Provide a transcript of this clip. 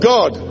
God